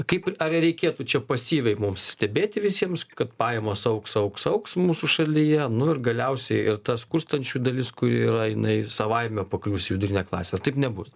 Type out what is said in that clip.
kaip ar reikėtų čia pasyviai mums stebėti visiems kad pajamos augs augs augs mūsų šalyje nu ir galiausiai ir ta skurstančių dalis kuri yra jinai savaime paklius į vidurinę klasę ar taip nebus